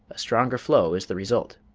a stronger flow is the result.